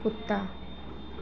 कुत्ता